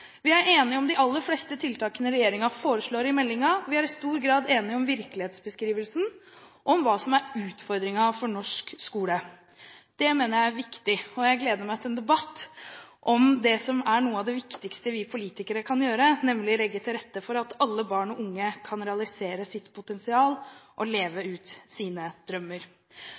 Vi er enige om de aller fleste tiltakene regjeringen foreslår i meldingen, og vi er i stor grad enige om virkelighetsbeskrivelsen og om hva som er utfordringene for norsk skole. Det mener jeg er viktig, og jeg gleder meg til en debatt om det som er noe av det viktigste vi politikere kan gjøre, nemlig å legge til rette for at alle barn og unge kan realisere sitt potensial og leve ut sine drømmer.